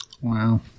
Wow